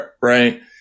Right